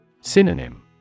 Synonym